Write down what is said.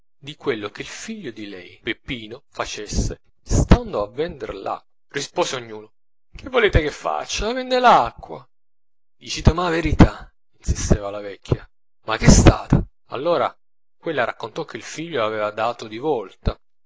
di quello che il figlio di lei peppino facesse stando a vender acqua rispose ognuno che volete che faccia vende l'acqua diciteme a verità insisteva la vecchia ma ch'è stato allora quella raccontò che il figlio aveva dato di volta